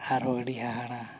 ᱟᱨᱦᱚᱸ ᱟᱹᱰᱤ ᱦᱟᱦᱟᱲᱟᱜ